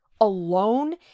alone